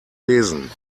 lesen